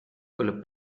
quel